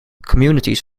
communities